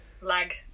lag